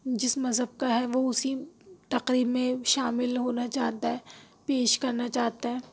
جس مذہب کا ہے وہ اُسی تقریب میں شامل ہونا چاہتا ہے پیش کرنا چاہتا ہے